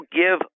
give